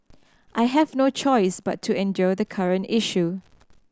I have no choice but to endure the current issue